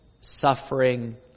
suffering